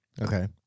Okay